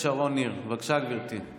חברת הכנסת שרון ניר, בבקשה, גברתי.